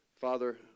Father